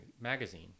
magazine